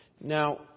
Now